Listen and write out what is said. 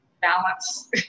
Balance